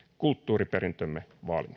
kulttuuriperintömme vaalimiseen